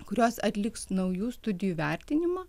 kurios atliks naujų studijų vertinimą